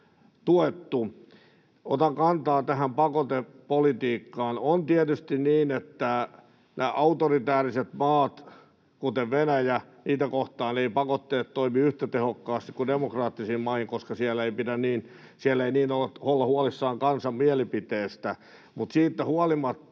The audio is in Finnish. tuettu. Otan kantaa tähän pakotepolitiikkaan. On tietysti niin, että näitä autoritäärisiä maita, kuten Venäjää, kohtaan eivät pakotteet toimi yhtä tehokkaasti kuin demokraattisiin maihin, koska siellä ei olla niin huolissaan kansan mielipiteestä. Sanoisin niin, että